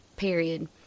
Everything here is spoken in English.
period